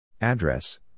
Address